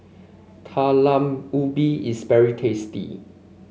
Talam Ubi is very tasty